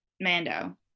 Mando